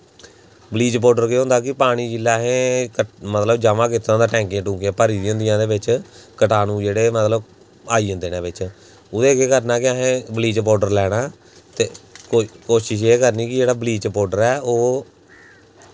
bleach powder केह् होंदा कि पानी जेल्लै असें मतलब जमा कीते दा होंदे टैंकियैं टूकियैं भरी दियां होंदियां एह्दै बिच्च कटानू जेह्ड़े मतलब आई जंदे न बिच्च उ'दै च केह् करना कि असेंं बलीच पौडर लैना ऐं ते कोशश एह् करनी कि जेह्ड़ा बलीच पौडर ऐ ओह्